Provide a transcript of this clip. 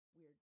weird